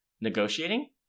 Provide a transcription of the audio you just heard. negotiating